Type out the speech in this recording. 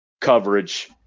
coverage